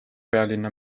pealinna